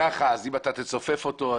כך שאם תצופף אותו,